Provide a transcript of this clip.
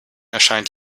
erscheint